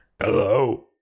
Hello